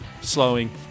slowing